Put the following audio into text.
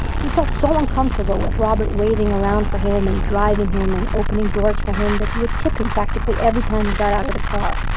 he felt so uncomfortable with robert waiting around for him and driving him and opening doors for him, that he would tip him practically every time he got out of the car,